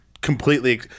completely